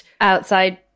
outside